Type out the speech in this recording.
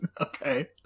Okay